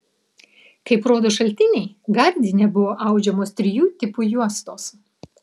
kaip rodo šaltiniai gardine buvo audžiamos trijų tipų juostos